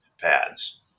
pads